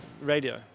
radio